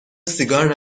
سیگار